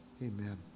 amen